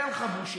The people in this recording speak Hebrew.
אין לך בושה.